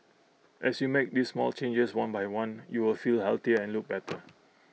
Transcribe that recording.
as you make these small changes one by one you will feel healthier and look better